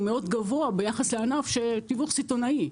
מאוד גבוה ביחס לענף תיווך סיטונאי,